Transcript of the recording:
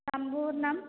सम्पूर्णम्